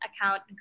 account